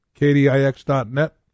KDIX.net